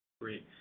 Great